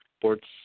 sports